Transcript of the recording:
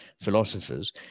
philosophers